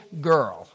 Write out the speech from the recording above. girl